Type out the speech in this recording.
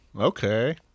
Okay